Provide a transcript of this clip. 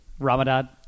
Ramadan